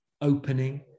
opening